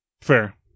Fair